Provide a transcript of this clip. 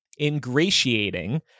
Ingratiating